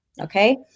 okay